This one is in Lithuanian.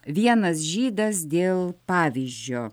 vienas žydas dėl pavyzdžio